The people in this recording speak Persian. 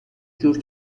جور